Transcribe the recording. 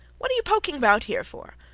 what are you poking about here for?